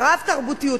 הרב-תרבותיות,